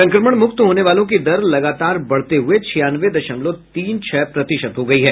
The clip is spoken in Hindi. संक्रमण मुक्त होने वालों की दर लगातार बढते हुए छियानवे दशमलव तीन छह प्रतिशत हो गई है